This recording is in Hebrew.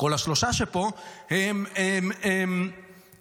כל השלושה שפה, גם הוא.